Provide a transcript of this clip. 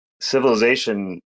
civilization